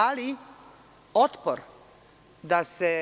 Ali, otpor da se